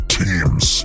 teams